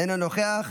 אינו נוכח,